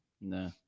No